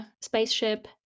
spaceship